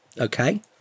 Okay